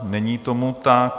Není tomu tak.